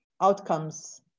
outcomes